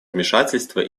вмешательства